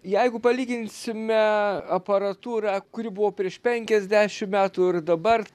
jeigu palyginsime aparatūrą kuri buvo prieš penkiasdešimt metų ir dabar